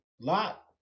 Lot